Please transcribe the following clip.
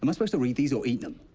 um supposed to read these or eat them?